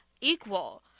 equal